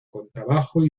contrabajo